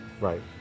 Right